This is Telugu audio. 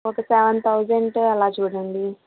ఒక సెవెన్ థౌసండ్ అలా చూడండి